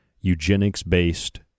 eugenics-based